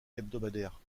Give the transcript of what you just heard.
hebdomadaire